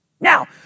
Now